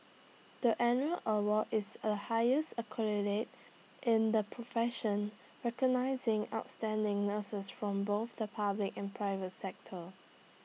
the annual award is A highest accolade in the profession recognising outstanding nurses from both the public and private sector